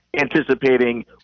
anticipating